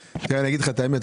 תראה אני אגיד לך את האמת,